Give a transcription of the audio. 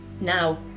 now